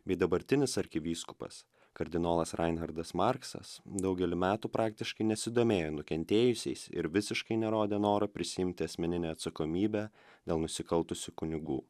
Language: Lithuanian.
bei dabartinis arkivyskupas kardinolas rainhardas marksas daugelį metų praktiškai nesidomėjo nukentėjusiais ir visiškai nerodė noro prisiimti asmeninę atsakomybę dėl nusikaltusių kunigų